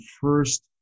first